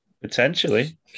Potentially